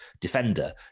defender